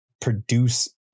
produce